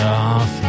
off